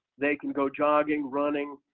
they can go jogging, running,